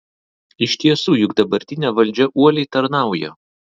iš tiesų juk dabartinė valdžia uoliai tarnauja